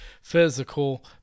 physical